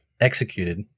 executed